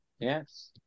Yes